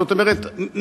זאת אומרת,